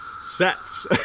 sets